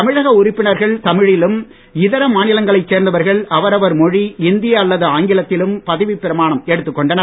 தமிழக உறுப்பினர்கள் தமிழிலும் இதர மாநிலங்களைச் சேர்ந்தவர்கள் அவரவர் மொழி இந்தி அல்லது ஆங்கிலத்திலும் பதவி பிரமானம் எடுத்துக் கொண்டனர்